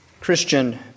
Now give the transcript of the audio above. Christian